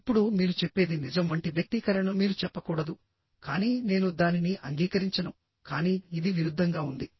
ఇప్పుడు మీరు చెప్పేది నిజం వంటి వ్యక్తీకరణను మీరు చెప్పకూడదు కానీ నేను దానిని అంగీకరించను కానీ ఇది విరుద్ధంగా ఉంది